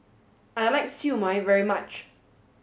I like Siew Mai very much